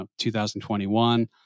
2021